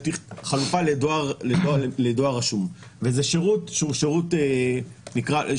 חלופה לדואר רשום, וזה שירות שהוא שירות נלווה.